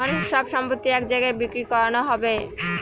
মানুষের সব সম্পত্তি এক জায়গায় বিক্রি করানো হবে